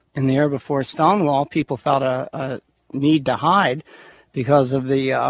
in the year before stonewall, people felt a ah need to hide because of the yeah